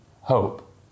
hope